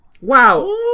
Wow